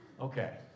Okay